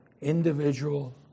individual